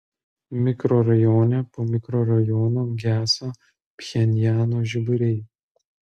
mikrorajone po mikrorajono geso pchenjano žiburiai